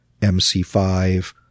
mc5